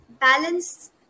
balance